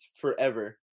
forever